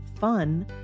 fun